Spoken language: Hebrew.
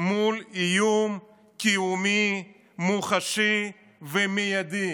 מול איום קיומי מוחשי ומיידי,